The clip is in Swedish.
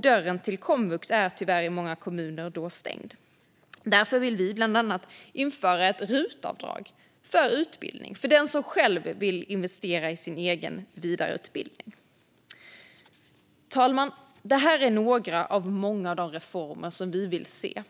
Dörren till komvux är tyvärr i många kommuner då stängd, och därför vill vi bland annat införa ett rutavdrag för utbildning för den som själv vill investera i sin egen vidareutbildning. Fru talman! Det här är några av de många reformer som vi vill se